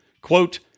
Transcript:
quote